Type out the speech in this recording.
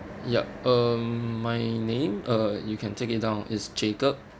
yup um my name uh you can take it down it's jacob